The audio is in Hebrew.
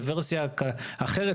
על כמה הוא משפיע על הטבע,